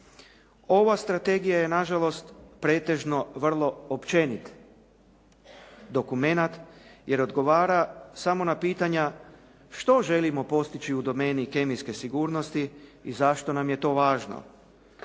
Ova strategija je nažalost pretežno vrlo općenit dokument jer odgovara samo na pitanja što želimo postići u domeni kemijske sigurnosti i zašto nam je to važno,